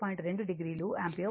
2 o ampere వచ్చింది